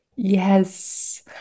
Yes